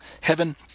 heaven